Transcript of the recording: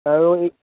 আৰু এই